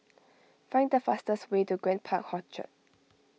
find the fastest way to Grand Park Orchard